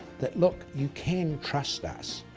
that look, you can trust us.